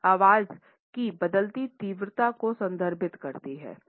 pitch आवाज़ की बदलती तीव्रता को संदर्भित करती है